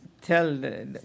tell